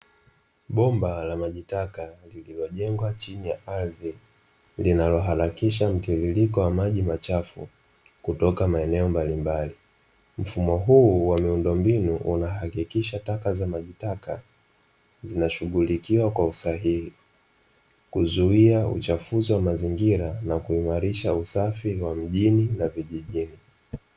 Bomba la maji taka lililojengwa chini ya ardhi, linaloharakisha mtiririko wa maji machafu kutoka maeneo mbalimbali. Mfumo huu wa miundombinu unahakikisha taka za majitaka zinashughulikiwa kwa usahihi, kuzuia uchafuzi wa mazingira na kuimarisha usafi wa mjini na vijijini.